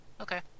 Okay